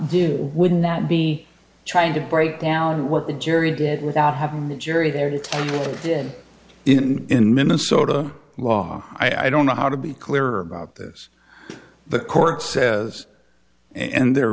do wouldn't that be trying to break down what the jury did without having the jury there it did in in minnesota law i don't know how to be clear about this the court says and there are